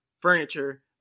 furniture